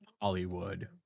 Hollywood